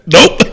Nope